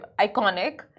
iconic